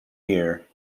year